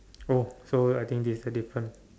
oh so I think this is a different